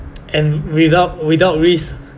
and without without risk